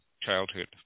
childhood